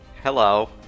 Hello